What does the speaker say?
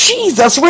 Jesus